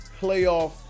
playoff